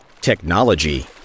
Technology